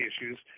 issues